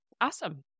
Awesome